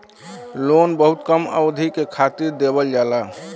loan बहुत कम अवधि के खातिर देवल जाला